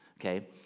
Okay